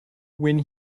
when